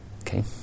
Okay